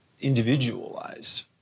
individualized